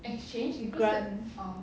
grant